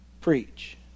preach